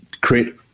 create